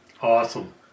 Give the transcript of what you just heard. Awesome